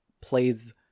plays